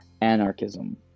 Anarchism